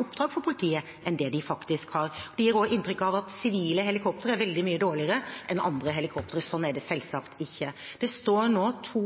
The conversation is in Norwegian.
oppdrag for politiet enn det de faktisk hadde. De gir også inntrykk av at sivile helikoptre er veldig mye dårligere enn andre helikoptre. Slik er det selvsagt ikke. Det er nå to